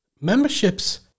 Memberships